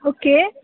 okay